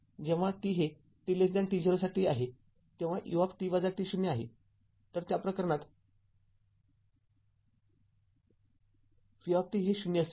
जेव्हा t हे t t0 आहे तेव्हा u आहे तरत्या प्रकरणात v हे ० असेल